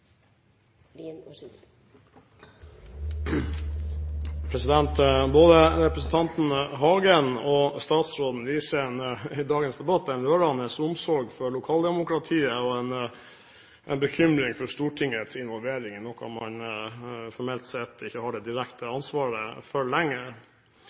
motsatt. Både representanten Hagen og statsråden viser i dagens debatt en rørende omsorg for lokaldemokratiet og en bekymring for Stortingets involvering i noe man formelt sett ikke har det direkte